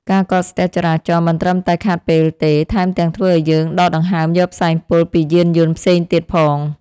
ការកកស្ទះចរាចរណ៍មិនត្រឹមតែខាតពេលទេ ថែមទាំងធ្វើឱ្យយើងដកដង្ហើមយកផ្សែងពុលពីយានយន្តផ្សេងទៀតផង។